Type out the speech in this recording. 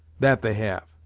that they have,